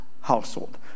household